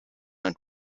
und